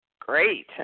Great